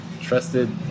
trusted